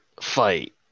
fight